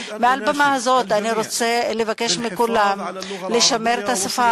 מעל במה זו אני רוצה לבקש מכולם לשמר את השפה